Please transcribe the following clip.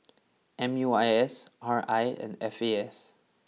M U I S R I and F A S